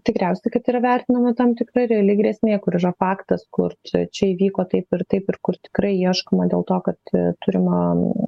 tikriausiai kad yra vertinama tam tikra reali grėsmė kur yra faktas kur čia įvyko taip ir taip ir kur tikrai ieškoma dėl to kad turima